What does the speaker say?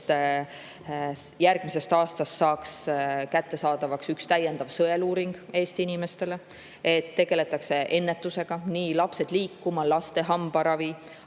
järgmisest aastast saaks kättesaadavaks üks täiendav sõeluuring Eesti inimestele. Tegeletakse ennetusega, nii "Lapsed liikuma!", laste hambaravi,